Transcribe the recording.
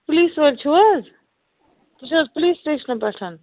police وٲلۍ چھِو حظ تُہۍ چھِو حظ پُلیٖس سِٹیشنہٕ پٮ۪ٹھ